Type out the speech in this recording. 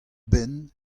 benn